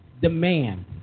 demand